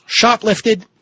shoplifted